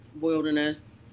Wilderness